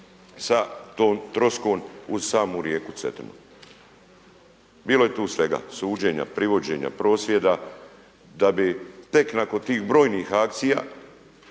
sa tom troskom uz samu rijeku Cetinu. Bilo je tu svega, suđenja, privođenja, prosvjeda da bi tek nakon tih brojnih akcija